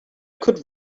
could